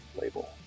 label